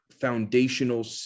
foundational